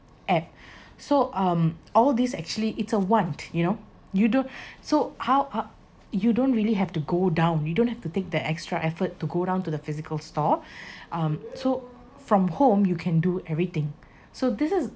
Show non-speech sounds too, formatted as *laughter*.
app so um all this actually it's a want you know you don~ so how har~ you don't really have to go down you don't have to take that extra effort to go down to the physical store *breath* um so from home you can do everything so this is